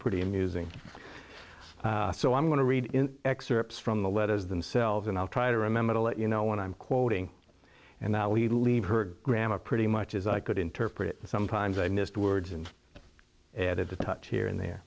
pretty amusing so i'm going to read excerpts from the letters themselves and i'll try to remember to let you know when i'm quoting and that we leave her grandma pretty much as i could interpret sometimes i missed words and added to touch here and there